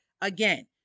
Again